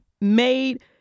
made